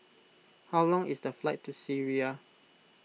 how long is the flight to Syria